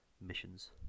missions